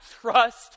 trust